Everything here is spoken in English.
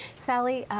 sally,